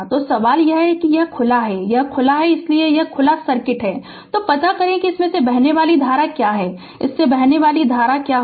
तो सवाल यह है कि यह खुला है यह खुला है इसलिए यह खुला सर्किट है तो पता करें कि इसमें से बहने वाली धारा क्या है इससे बहने वाली धारा क्या है